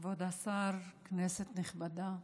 כבוד השר, כנסת נכבדה,